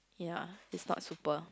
ya is not super